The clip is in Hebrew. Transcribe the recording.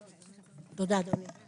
תודה, אדוני.